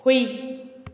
ꯍꯨꯏ